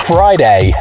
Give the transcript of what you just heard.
Friday